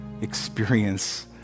experience